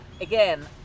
again